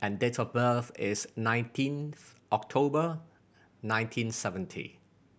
and date of birth is nineteenth October nineteen seventy